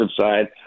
side